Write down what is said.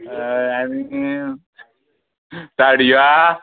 आनी साडयो आहा